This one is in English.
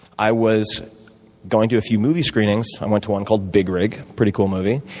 i was going to a few movie screenings. i went to one called big rig, pretty cool movie.